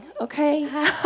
okay